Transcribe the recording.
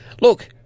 look